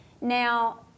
Now